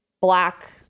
black